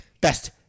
Best